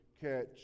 catch